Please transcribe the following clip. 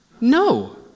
No